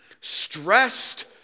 stressed